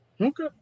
Okay